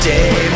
Day